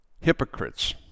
hypocrites